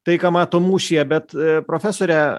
tai ką mato mūšyje bet profesore